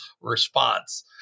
response